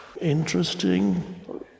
interesting